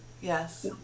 Yes